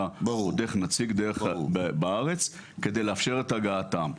או דרך נציג בארץ כדי לאפשר את הגעתם.